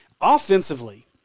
Offensively